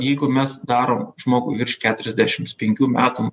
jeigu mes darom žmogui virš keturiasdešims penkių metų